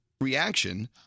reaction